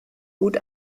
gut